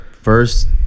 first